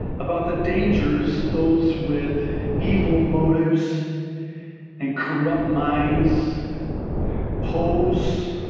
about the dangers those with evil motives and corrupt minds pose